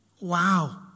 Wow